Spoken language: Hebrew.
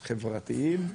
חברתיים,